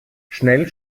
schnell